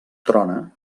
trona